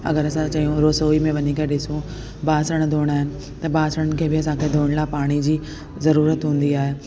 अगरि असां चऊं रसोई में वञी करे ॾिसूं बासण धोइणा आइन त बासण खे बि असांखे धोइण लाइ पाणीअ जी ज़रूरत हूंदी आहे